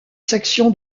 section